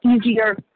easier